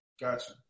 gotcha